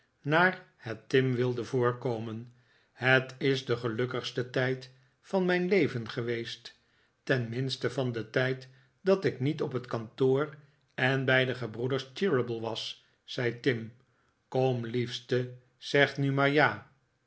naar het tim wilde voorkomen het is de gelukkigste tijd van mijn leven geweest tenminste van den tijd dat ik niet op het kantoor en bij de gebroeders cheeryble was zei tim kom liefste zeg nu maar ja